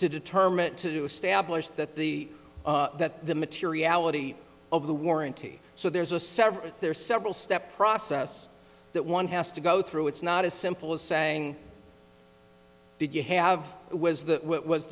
to determine to establish that the that the materiality of the warranty so there's a separate there's several step process that one has to go through it's not as simple as saying did you have was that what was